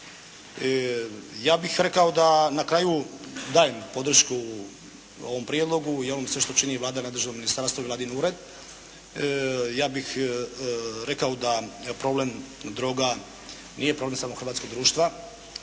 Ja bih rekao da na kraju dajem podršku ovom prijedlogu i ovom svemu što čini Vlada, nadležno Ministarstvo i Vladin ured. Ja bih rekao da problem droga nije samo problem hrvatskog društva,